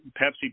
Pepsi